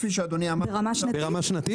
ברמה שנתית?